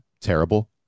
terrible